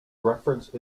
reference